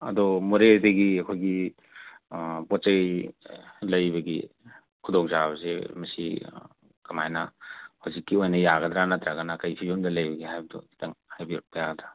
ꯑꯗꯣ ꯃꯣꯔꯦꯗꯒꯤ ꯑꯈꯣꯏꯒꯤ ꯄꯣꯠꯆꯩ ꯂꯩꯕꯒꯤ ꯈꯨꯗꯣꯡꯆꯥꯕꯁꯦ ꯃꯁꯤ ꯀꯃꯥꯏꯅ ꯍꯧꯖꯤꯛꯀꯤ ꯑꯣꯏꯅ ꯌꯥꯒꯗ꯭ꯔꯥ ꯅꯠꯇ꯭ꯔꯒꯅ ꯀꯔꯤ ꯐꯤꯚꯝꯗ ꯂꯩꯔꯤꯕꯒꯦ ꯍꯥꯏꯕꯗꯣ ꯈꯤꯇꯪ ꯍꯥꯏꯕꯤꯔꯛꯄ ꯌꯥꯒꯗ꯭ꯔꯥ